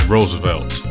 Roosevelt